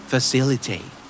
Facilitate